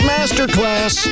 Masterclass